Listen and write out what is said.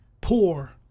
poor